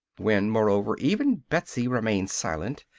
when, moreover, even betsy remained silent,